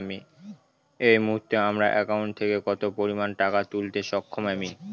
এই মুহূর্তে আমার একাউন্ট থেকে কত পরিমান টাকা তুলতে সক্ষম আমি?